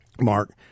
mark